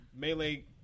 Melee